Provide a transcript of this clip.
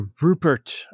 Rupert